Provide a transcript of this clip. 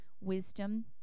wisdom